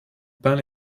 peint